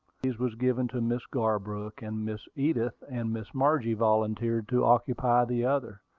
these was given to miss garbrook, and miss edith and miss margie volunteered to occupy the other,